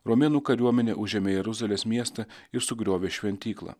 romėnų kariuomenė užėmė jeruzalės miestą ir sugriovė šventyklą